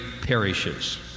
perishes